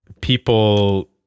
people